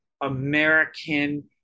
American